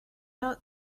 out